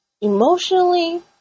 emotionally